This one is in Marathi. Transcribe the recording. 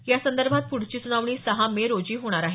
यासंदर्भात प्रढची सुनावणी सहा मे रोजी होणार आहे